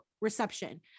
reception